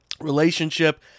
relationship